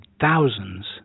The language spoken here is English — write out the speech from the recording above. thousands